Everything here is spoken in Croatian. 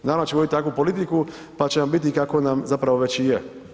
Naravno da će voditi takvu politiku pa će nam biti kako nam zapravo već i je.